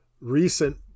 recent